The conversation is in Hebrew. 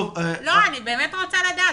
אני באמת רוצה לדעת.